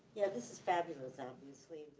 yeah, this is fabulous, obviously